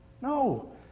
No